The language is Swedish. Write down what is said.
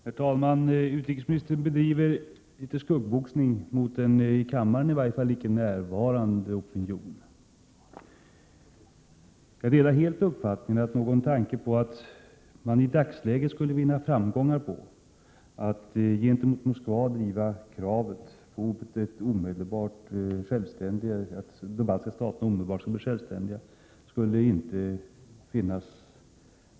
Herr talman! Utrikesministern bedriver litet skuggboxning mot en i varje falli kammaren icke närvarande opinion. Jag delar helt uppfattningen att det inte skulle mötas med framgång att i dagsläget gentemot Moskva driva kravet på att de baltiska staterna omedelbart skulle bli självständiga.